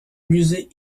musées